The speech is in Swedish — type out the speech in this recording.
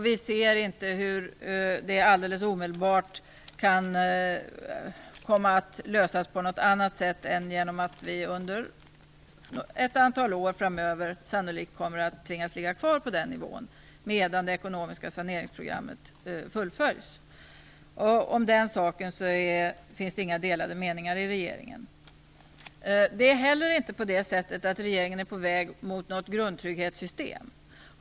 Vi ser inte hur det alldeles omedelbart kan komma att lösas på annat sätt än genom att vi under ett antal år framöver sannolikt kommer att tvingas ligga kvar på den nivån, medan det ekonomiska saneringsprogrammet fullföljs. Om den saken finns det inga delade meningar i regeringen. Det är inte heller så att regeringen är på väg mot något grundtrygghetssystem.